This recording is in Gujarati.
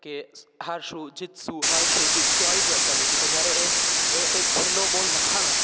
કે હારીશું જીતશું હારીશું જીતશું આવી જ વાત ચાલુ હતી પણ જયારે એ એ છેલ્લો બોલ નખાયો